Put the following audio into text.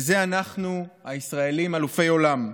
בזה אנחנו, הישראלים, אלופי עולם.